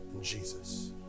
Jesus